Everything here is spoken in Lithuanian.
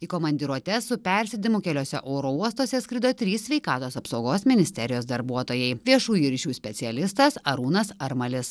į komandiruotes su persėdimu keliuose oro uostuose skrido trys sveikatos apsaugos ministerijos darbuotojai viešųjų ryšių specialistas arūnas armalis